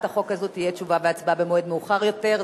החוק הזאת יהיו תשובה והצבעה במועד מאוחר יותר.